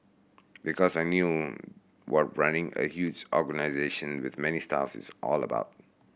because I knew what running a huge organisation with many staff is all about